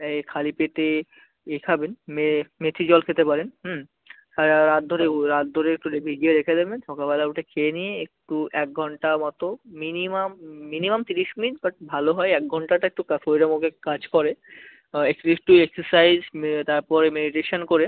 এই খালি পেটে ইয়ে খাবেন মে মেথি জল খেতে পারেন হুম সারা রাত ধরে রাত ধরে একটু রে ভিজিয়ে রেখে দেবেন সকালবেলা উঠে খেয়ে নিয়ে একটু এক ঘন্টা মতো মিনিমাম মিনিমাম তিরিশ মিনিট বাট ভালো হয় এক ঘন্টা এটা কা শরীরের মধ্যে অনেক কাজ করে একটু একটু এক্সারসাইজ তারপরে মেডিটেশান করে